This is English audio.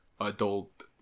adult